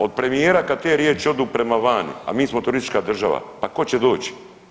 Od premijera kad te riječi odu prema vani, a mi smo turistička država, pa ko će doći?